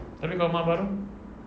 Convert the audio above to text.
tapi kalau rumah baru